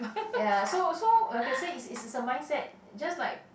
ya so so I can say its its a mindset just like